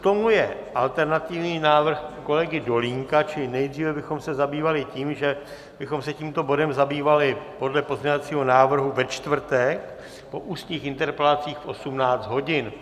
K tomu je alternativní návrh kolegy Dolínka, čili nejdříve bychom se zabývali tím, že bychom se tímto bodem zabývali podle pozměňovacího návrhu ve čtvrtek po ústních interpelacích v 18 hodin.